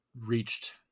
reached